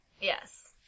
Yes